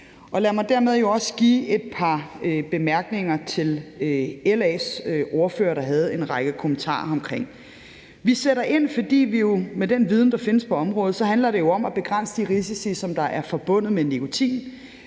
Lad mig dermed også give et par bemærkninger til LA's ordfører, der havde en række kommentarer omkring det. Vi sætter ind, fordi med den viden, der findes på området, handler det jo om at begrænse de risici, der er forbundet med nikotin.